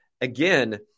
again